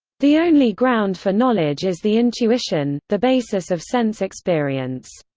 the only ground for knowledge is the intuition, the basis of sense experience.